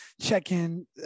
check-in